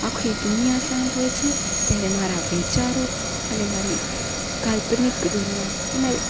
આખી દુનિયા શાંત હોય છે ત્યારે મારા વિચારો અને મારી કાલ્પનિક દુનિયા અને